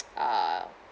uh